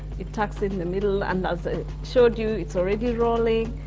it tucks in the middle and so showed you it's already rolling,